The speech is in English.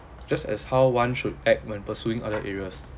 just as how one should act when pursuing other areas